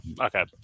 okay